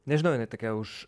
nežinau jinai tokia už